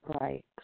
Right